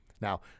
Now